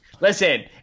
Listen